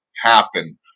happen